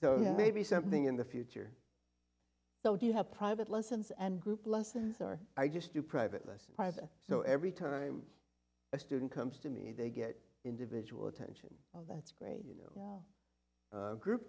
yet maybe something in the future though do you have private lessons and group lessons or i just do private less so every time a student comes to me they get individual attention oh that's great you know group